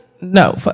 No